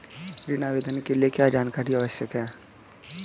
ऋण आवेदन के लिए क्या जानकारी आवश्यक है?